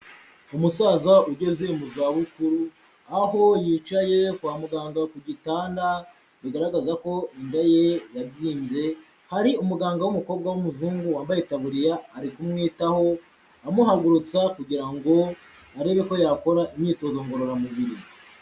Umusaza ugeze mu zabukuru aho yicaye kwa muganga ku gitanda bigaragaza ko inda ye yabyimbye, hari umuganga w'umukobwa w'umuzungu wambaye itaburiya ari kumwitaho, amuhagurutsa kugira ngo arebe ko yakora imyitozo ngororamubiri.